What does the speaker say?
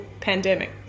pandemic